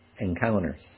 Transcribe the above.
encounters